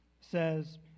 says